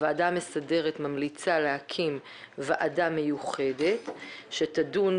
הוועדה המסדרת ממליצה להקים ועדה מיוחדת שתדון